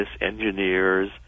engineers